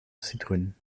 citroen